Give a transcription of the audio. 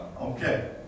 Okay